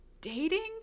dating